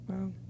Wow